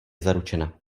zaručena